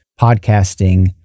podcasting